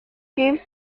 gives